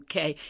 UK